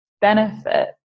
benefit